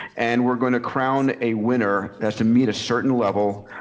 and we're going to crown a winner. it has to meet a certain level.